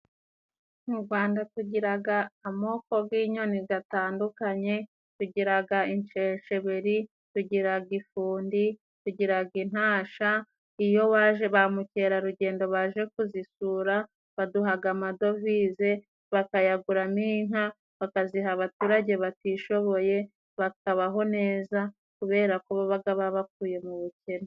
Mu Gwanda tugiraga amoko g'inyoni gatandukanye tugiraga insheshebiri, tugiraga ifundi, tugiraga intasha iyo baje ba mukerarugendo baje kuzisura baduhaga amadovize, bakayaguramo inka bakaziha abaturage batishoboye bakabaho neza kubera ko babaga babakuye mu bukene.